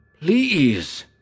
Please